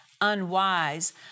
unwise